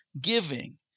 giving